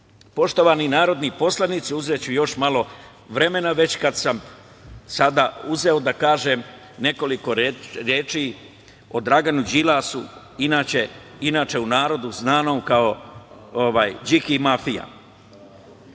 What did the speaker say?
Srbije. Poštovani narodni poslanici, uzeću još malo vremena već kada sam sada uzeo da kažem nekoliko reči o Draganu Đilasu, inače u narodu znanom kao Điki mafija.